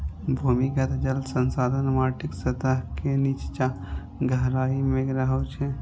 भूमिगत जल संसाधन माटिक सतह के निच्चा गहराइ मे रहै छै